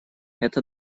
это